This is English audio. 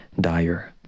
dire